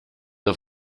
der